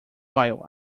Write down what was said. while